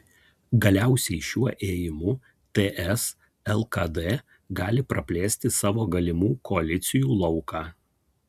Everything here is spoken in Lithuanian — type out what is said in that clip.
galiausiai šiuo ėjimu ts lkd gali praplėsti savo galimų koalicijų lauką